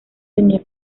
tenía